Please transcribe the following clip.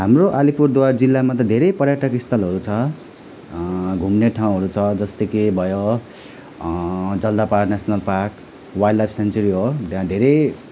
हाम्रो आलिपुरद्वार जिल्लामा त धेरै पर्यटक स्थलहरू छ घुम्ने ठाउँहरू छ जस्तै कि भयो Jaldapara national park wildlife sanctuary हो त्यहाँ धेरै